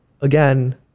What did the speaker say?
again